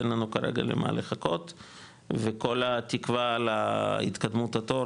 אין לנו כרגע למה לחכות וכל התקווה על ההתקדמות התור,